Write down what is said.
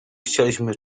chcieliśmy